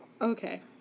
Okay